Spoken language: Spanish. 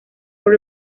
por